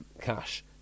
cash